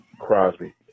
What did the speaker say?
Crosby